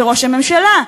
וראש הממשלה,